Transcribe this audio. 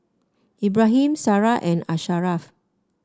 Ibrahim Sarah and Asharaff